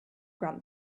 grant